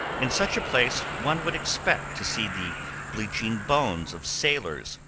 in such a place one would expect to see the bleaching bones of sailors,